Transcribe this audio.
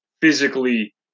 physically